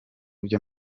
byo